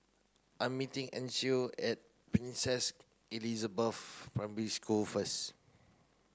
I meeting Ancil at Princess Elizabeth Primary School first